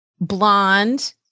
blonde